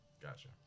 Gotcha